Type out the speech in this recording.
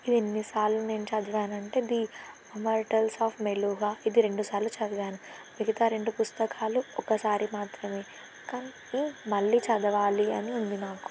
ఇది ఎన్నిసార్లు నేను చదివాను అంటే ది ఇమ్మోర్టల్స్ ఆఫ్ మెలూహ ఇది రెండు సార్లు చదివాను మిగతా రెండు పుస్తకాలు ఒకసారి మాత్రమే కానీ ఈ మళ్ళీ చదవాలి అని ఉంది నాకు